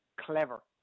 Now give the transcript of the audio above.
clever